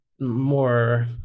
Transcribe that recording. more